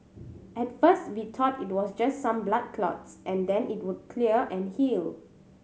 at first we thought it was just some blood clots and then it would clear and heal